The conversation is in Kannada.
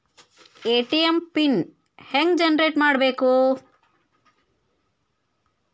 ಎ.ಟಿ.ಎಂ ಪಿನ್ ಹೆಂಗ್ ಜನರೇಟ್ ಮಾಡಬೇಕು?